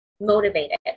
motivated